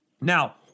Now